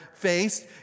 faced